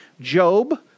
Job